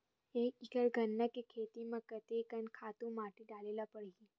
एक एकड़ गन्ना के खेती म कते कन खातु माटी डाले ल पड़ही?